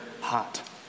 hot